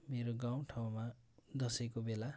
मेरो गाउँठाउँमा दसैँको बेला